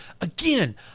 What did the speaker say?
again